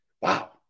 wow